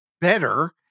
better